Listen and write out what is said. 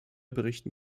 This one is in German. berichten